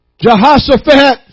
Jehoshaphat